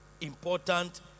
Important